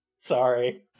Sorry